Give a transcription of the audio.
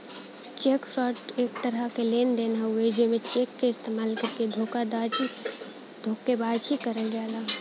check fraud एक तरह क लेन देन हउवे जेमे चेक क इस्तेमाल करके धोखेबाजी करल जाला